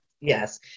Yes